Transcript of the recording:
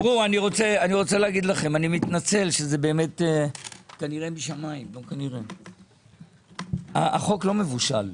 אני מתנצל זה משמיים החוק לא מבושל.